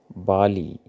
Bali